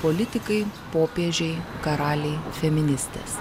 politikai popiežiai karaliai feministės